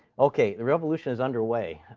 ok. the revolution is underway.